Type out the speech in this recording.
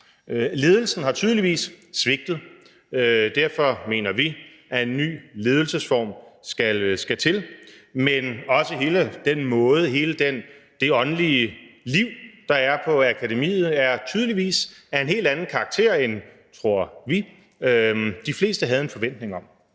Ledelsen har tydeligvis svigtet, og derfor mener vi, at en ny ledelsesform skal til. Men også hele det åndelige liv, der er på akademiet, er tydeligvis af en helt anden karakter end den, de fleste, tror vi, har en forventning om.